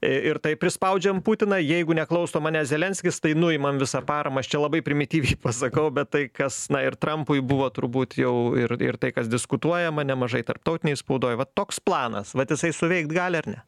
ir ir taip prispaudžiam putiną jeigu neklauso manęs zelenskis tai nuimam visą paramą aš čia labai primityviai pasakau bet tai kas na ir trampui buvo turbūt jau ir ir tai kas diskutuojama nemažai tarptautinėj spaudoj vat toks planas vat jisai suveikt gali ar ne